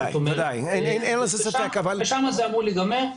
ושם זה אמור להיגמר.